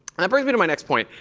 um brings me to my next point,